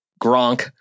Gronk